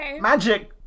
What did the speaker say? Magic